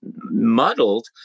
muddled